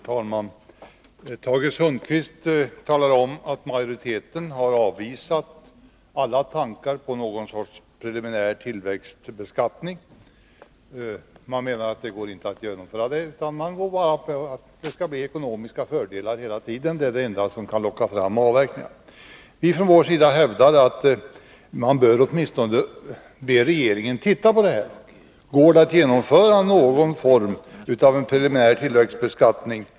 Herr talman! Tage Sundkvist talade om att majoriteten har avvisat alla tankar på någon sorts preliminär tillväxtbeskattning. Man menar att det inte går att genomföra. Man går bara in för ekonomiska fördelar hela tiden — det är det enda som kan locka fram avverkningar. Vi från vår sida hävdar att man åtminstone bör be regeringen att titta på detta. Går det att genomföra någon form av preliminär tillväxtbeskattning?